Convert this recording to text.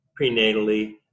prenatally